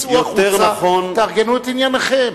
צאו החוצה, תארגנו את ענייניכם.